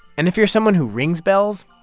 and if you're someone who rings bells,